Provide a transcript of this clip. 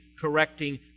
correcting